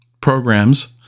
programs